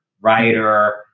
writer